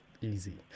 easy